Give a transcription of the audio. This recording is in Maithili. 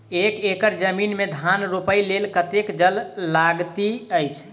एक एकड़ जमीन मे धान रोपय लेल कतेक जल लागति अछि?